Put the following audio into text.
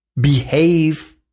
behave